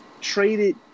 traded